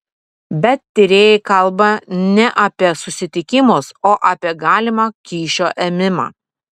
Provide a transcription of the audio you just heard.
bet tyrėjai kalba ne apie susitikimus o apie galimą kyšio ėmimą